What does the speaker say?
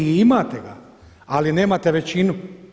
I imate ga, ali nemate većinu.